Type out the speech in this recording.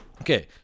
Okay